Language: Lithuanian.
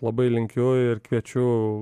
labai linkiu ir kviečiu